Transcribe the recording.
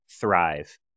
thrive